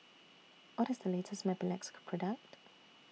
What IS The latest Mepilex Product